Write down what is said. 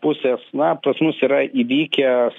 pusės na pas mus yra įvykęs